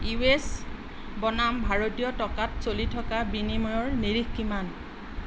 U S বনাম ভাৰতীয় টকাত চলি থকা বিনিময়ৰ নিৰিখ কিমান